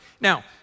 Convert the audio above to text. Now